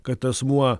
kad asmuo